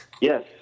Yes